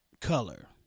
color